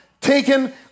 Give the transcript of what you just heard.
taken